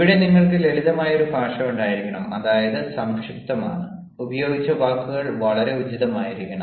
ഇവിടെ നിങ്ങൾക്ക് ലളിതമായ ഒരു ഭാഷ ഉണ്ടായിരിക്കണം അതായത് സംക്ഷിപ്തമാണ് ഉപയോഗിച്ച വാക്കുകൾ വളരെ ഉചിതമായിരിക്കണം